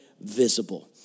visible